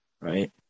right